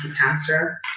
cancer